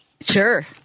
Sure